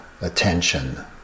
attention